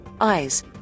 eyes